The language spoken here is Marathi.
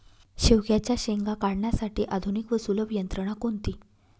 शेवग्याच्या शेंगा काढण्यासाठी आधुनिक व सुलभ यंत्रणा कोणती?